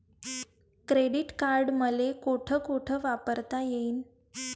Credit card मले कोठ कोठ वापरता येईन?